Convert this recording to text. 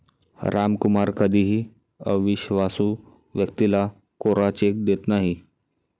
रामकुमार कधीही अविश्वासू व्यक्तीला कोरा चेक देत नाही